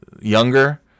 younger